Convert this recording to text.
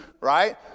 right